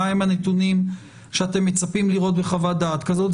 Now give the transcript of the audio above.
מה הם הנתונים שאתם מצפים לראות בחוות דעת כזאת,